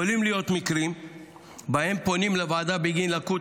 יכולים להיות מקרים שבהם פונים לוועדה בגין לקות